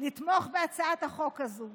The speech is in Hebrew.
לתמוך בהצעת החוק הזאת.